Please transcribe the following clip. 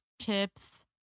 chips